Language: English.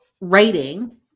writing